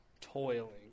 toiling